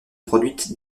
produites